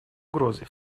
угрозой